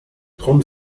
trente